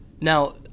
Now